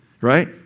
right